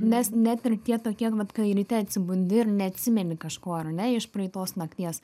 nes net ir tie tokie vat kai ryte atsibundi ir neatsimeni kažko ar ne iš praeitos nakties